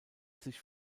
sich